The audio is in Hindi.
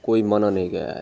कोई माना नहीं गया है